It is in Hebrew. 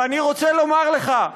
ואני רוצה לומר לך,